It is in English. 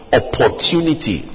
opportunity